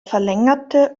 verlängerte